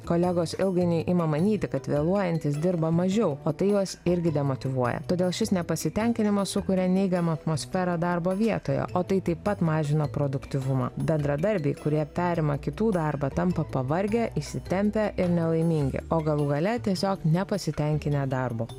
kolegos ilgainiui ima manyti kad vėluojantys dirba mažiau o tai juos irgi demotyvuoja todėl šis nepasitenkinimas sukuria neigiamą atmosferą darbo vietoje o tai taip pat mažina produktyvumą bendradarbiai kurie perima kitų darbą tampa pavargę įsitempę ir nelaimingi o galų gale tiesiog nepasitenkinę darbu